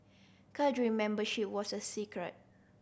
cadre membership was a secret